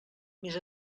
més